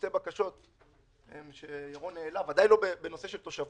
שתי בקשות שירון העלה בוודאי לא בנושא של תושבות,